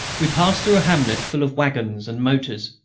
we passed through a hamlet full of waggons and motors.